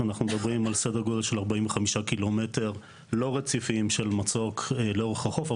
אנחנו מדברים על סדר גודל של 45 קילומטר לא רציפים של מצוק לאורך החוף.